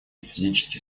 физически